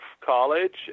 college